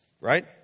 right